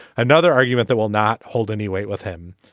another argument that will not hold any weight with him